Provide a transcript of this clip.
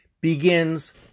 begins